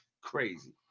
Crazy